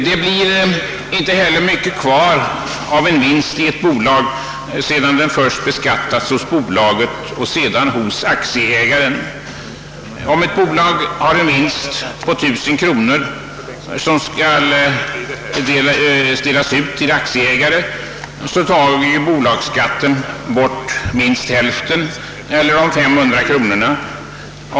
Det blir inte heller mycket kvar av en vinst i ett bolag sedan den först beskattats hos bolaget och sedan hos aktieägaren. Om ett bolag har en vinst på 1000 kronor, som skall delas ut till aktieägaren, tar bolagsskatten bort minst hälften eller 5300 kronor.